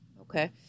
okay